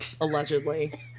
allegedly